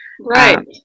Right